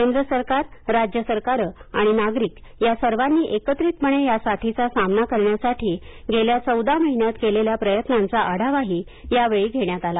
केंद्रसरकारराज्य सरकारं आणि नागरीक यांनी सर्वांनी एकत्रितपणे या साथीचा सामना करण्यासाठी गेल्या चौदा महिन्यात केलेल्या प्रयत्नांचा आढावाही या वेळी घेण्यात आला